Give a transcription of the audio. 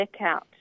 checkout